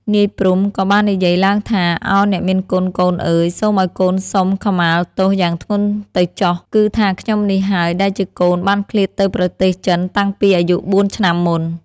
នាយ ព្រហ្ម ក៏បាននិយាយឡើងថា"ឱអ្នកមានគុណកូនអើយ សូមឲ្យកូនសុំខមាទោសយ៉ាងធ្ងន់ទៅចុះ គឺថាខ្ញុំនេះហើយ ដែលជាកូនបានឃ្លាតទៅប្រទេសចិនតាំងពីអាយុបួន ឆ្នាំមុន។